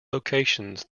locations